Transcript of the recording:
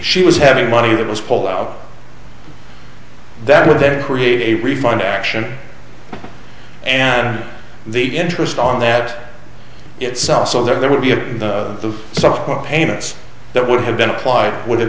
she was having money that was pulled out that would then create a refund action and the interest on that itself so there would be the subsequent payments that would have been applied would have